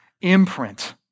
imprint